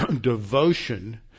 devotion